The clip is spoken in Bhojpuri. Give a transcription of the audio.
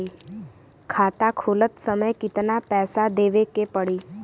खाता खोलत समय कितना पैसा देवे के पड़ी?